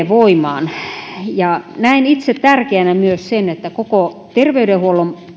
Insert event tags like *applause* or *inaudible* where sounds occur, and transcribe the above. *unintelligible* voimaan näen itse tärkeänä myös sen että koko terveydenhuollon